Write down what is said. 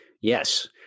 Yes